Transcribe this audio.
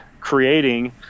creating